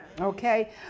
okay